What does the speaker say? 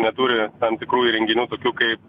neturi tam tikrų įrenginių kaip